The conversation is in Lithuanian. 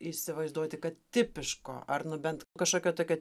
įsivaizduoti kad tipiško ar nu bent kažkokio tokio